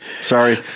sorry